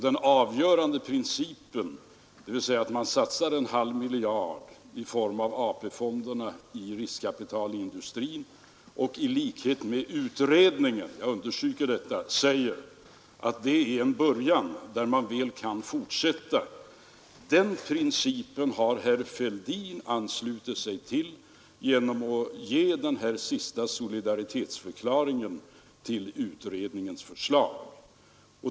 Den avgörande principen — dvs. att man satsar en halv miljard kronor från AP-fonderna i riskvilligt kapital till industrin och i likhet med utredningen säger att detta är en början varefter man sedan kan fortsätta — har herr Fälldin anslutit sig till genom att ge den här senaste solidaritetsförklaringen till utredningens förslag.